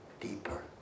deeper